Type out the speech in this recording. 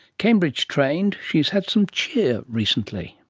cambridge trained, she's had some cheer recently.